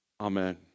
Amen